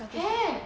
have